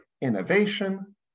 innovation